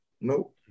Nope